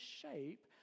shape